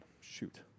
Shoot